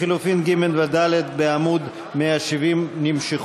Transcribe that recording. לחלופין (ג) ו-(ד) בעמוד 170 נמשכו.